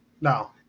No